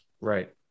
Right